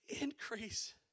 increase